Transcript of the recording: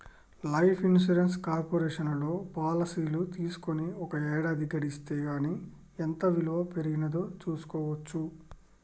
life insurance కార్పొరేషన్లో పాలసీలు తీసుకొని ఒక ఏడాది గడిస్తే గానీ ఎంత ఇలువ పెరిగినాదో చూస్కోవచ్చు